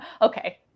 okay